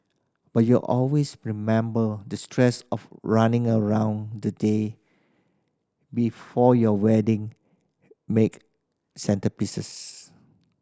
but you always remember the stress of running around the day before your wedding make centrepieces